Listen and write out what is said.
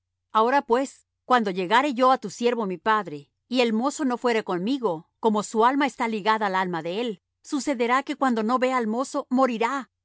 ahora pues cuando llegare yo á tu siervo mi padre y el mozo no fuere conmigo como su alma está ligada al alma de él sucederá que cuando no vea al mozo morirá